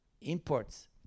imports